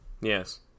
Yes